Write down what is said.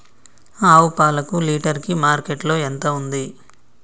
ఆవు పాలకు లీటర్ కి మార్కెట్ లో ఎంత ఉంది?